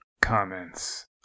comments